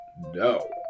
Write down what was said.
no